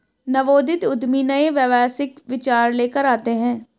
नवोदित उद्यमी नए व्यावसायिक विचार लेकर आते हैं